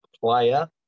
player